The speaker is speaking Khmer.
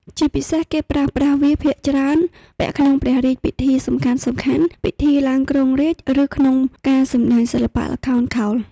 ជាពិសេសគេប្រើប្រាស់វាភាគច្រើនពាក់ក្នុងព្រះរាជពិធីសំខាន់ៗ ពិធីឡើងគ្រងរាជ្យ ឬក្នុងការសម្តែងសិល្បៈល្ខោនខោល។